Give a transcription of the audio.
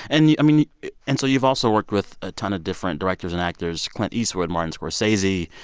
and yeah i mean and so youve also worked with a ton of different directors and actors clint eastwood, martin scorsese,